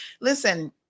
Listen